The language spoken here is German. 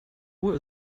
uhr